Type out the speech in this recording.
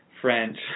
French